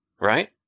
right